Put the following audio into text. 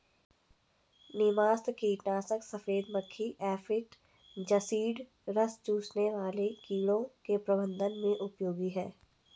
नीमास्त्र कीटनाशक सफेद मक्खी एफिड जसीड रस चूसने वाले कीड़ों के प्रबंधन में उपयोगी है